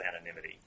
anonymity